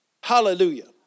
Hallelujah